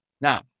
Now